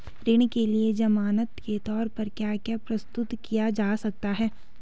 ऋण के लिए ज़मानात के तोर पर क्या क्या प्रस्तुत किया जा सकता है?